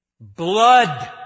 Blood